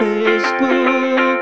Facebook